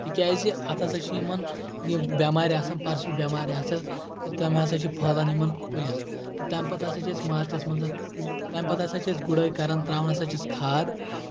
تِکیازِ اتھ ہسا چھِ یِمن یِم بؠمارِ آسان پرسُچ بؠمارِ آسان تہٕ تِم ہسا چھِ پھہلان یِمن کُلؠن تہٕ تمہِ پتہٕ ہسا چھِ أسۍ مارچس منٛز تمہِ پتہٕ ہسا چھِ أسۍ گُڑٲے کران تراوان ہسا چھِس کھاد